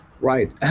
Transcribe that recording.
Right